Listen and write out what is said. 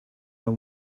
are